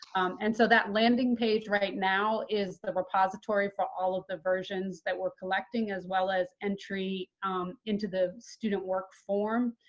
and so that landing page right now is the repository for all of the versions that we're collecting, as well as entry into the student work form.